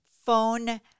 phone